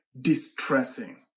distressing